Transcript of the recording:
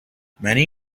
many